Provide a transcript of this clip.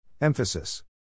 Emphasis